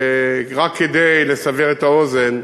רק כדי לסבר את האוזן,